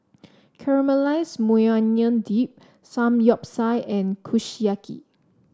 Caramelized Maui Onion Dip Samgeyopsal and Kushiyaki